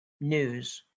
news